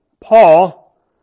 Paul